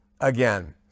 again